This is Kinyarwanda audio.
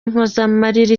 impozamarira